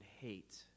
hate